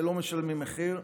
ולא משלמים מחיר,